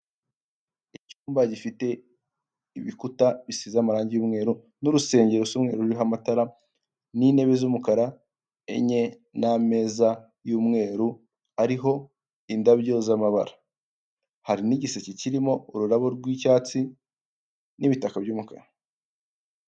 Icyumba gifite ibikuta bisize amarangi y'umweru. N'urusengero rusa umweru ruriho amatara, n'intebe z'umukara enye, n'ameza y'umweru ariho indabyo z'amabara, hari n'igiseke kirimo ururabo rw'icyatsi n'ibitaka by'umukara.